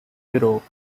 europe